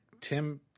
Tim